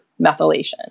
methylation